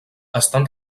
estan